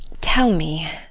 tell me,